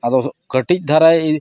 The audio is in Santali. ᱟᱫᱚ ᱠᱟᱹᱴᱤᱡ ᱫᱷᱟᱨᱟ